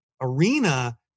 arena